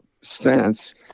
stance